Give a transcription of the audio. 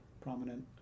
prominent